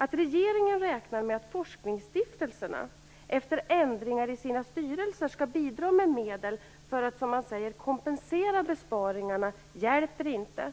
Att regeringen räknar med att forskningsstiftelserna efter ändringar i sina styrelser skall bidra med medel för att, som man säger, kompensera besparingarna hjälper inte.